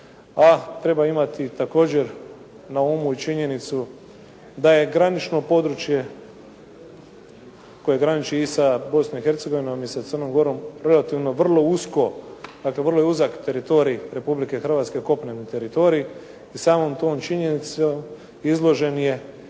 a treba imati također na umu i činjenicu da je granično područje koje graniči i sa Bosnom i Hercegovinom i sa Crnom gorom relativno vrlo usko. Dakle vrlo je uzak teritorij Republike Hrvatske, kopneni teritorij. I samom tom činjenicom izložen je